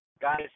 Guys